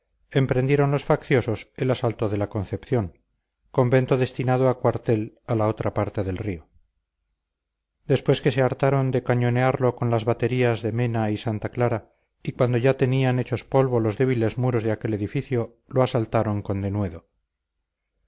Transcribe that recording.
emprendieron los facciosos el asalto de la concepción convento destinado a cuartel a la otra parte del río después que se hartaron de cañonearlo con las baterías de mena y santa clara y cuando ya tenían hechos polvo los débiles muros de aquel edificio lo asaltaron con denuedo